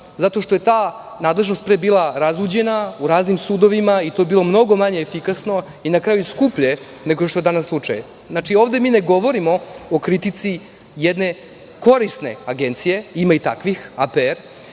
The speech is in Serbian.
Zato što je ta nadležnost pre bila razuđena, u raznim sudovima i to je bilo mnogo manje efikasno i na kraju skuplje, nego što je danas slučaj. Mi ovde ne govorimo o kritici jedne korisne agencije, ima i takvih, APR,